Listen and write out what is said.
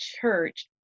church